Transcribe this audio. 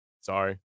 Sorry